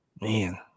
Man